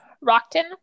Rockton